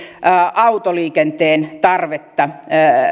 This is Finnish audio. autoliikenteen tarvetta